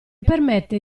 permette